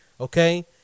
Okay